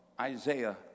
Isaiah